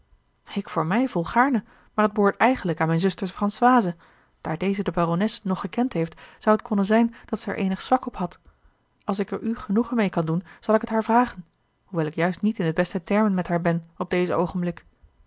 ik voor mij volgaarne maar het behoort eigenlijk aan mijne zuster françoise daar deze de barones nog gekend heeft zou het konnen zijn dat ze er eenig zwak op had als ik er u genoegen meê kan doen zal ik het haar vragen hoewel ik juist niet in de beste termen met haar ben op dezen oogenblik